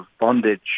bondage